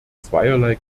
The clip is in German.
zweierlei